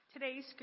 Today's